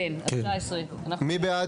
של המחנה הממלכתי בסעיף 36. מי בעד?